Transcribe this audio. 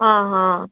ହଁ ହଁ